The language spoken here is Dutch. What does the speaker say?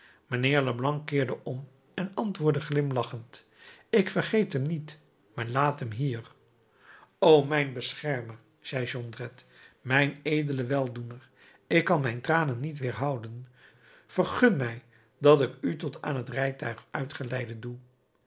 mijnheer leblanc keerde om en antwoordde glimlachend ik vergeet hem niet maar laat hem hier o mijn beschermer zei jondrette mijn edele weldoener ik kan mijn tranen niet weerhouden vergun mij dat ik u tot aan het rijtuig uitgeleide doe